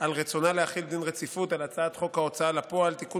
על רצונה להחיל דין רציפות על הצעת חוק ההוצאה לפועל (תיקון